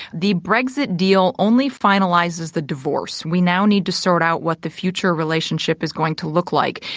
the brexit deal only finalizes the divorce. we now need to sort out what the future relationship is going to look like.